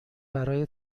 برای